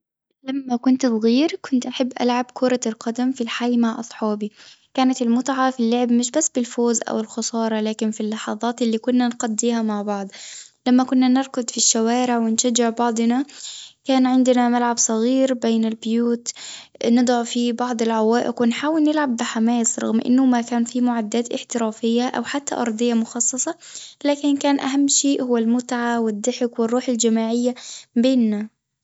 لما كنت صغير كنت أحب ألعب كرة القدم في الحي مع أصحابي، كانت المتعة في اللعب مش بس بالفوز أو الخسارة لكن في اللحظات اللي كنا نقضيها مع بعض، لما كنا نركض في الشوارع ونشجع بعضنا كان عندنا ملعب صغير بين البيوت نضع في بعض العوائق ونحاول نلعب بحماس رغم إنه ما كان في معدات احترافية أو حتى أرضية مخصصة، لكن كان أهم شيء هو المتعة والضحك والروح الجماعية بينا.